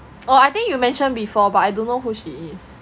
oh I think you mentioned before but I don't know who she is